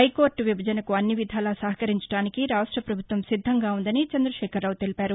హైకోర్లు విభజనకు అన్ని విధాల సహకరించడానికి రాష్ట పభుత్వం సిద్దంగా ఉందని చందశేఖరరావు తెలిపారు